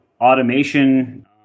automation